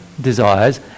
desires